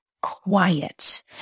quiet